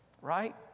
right